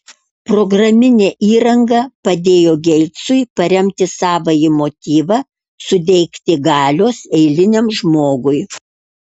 programinė įranga padėjo geitsui paremti savąjį motyvą suteikti galios eiliniam žmogui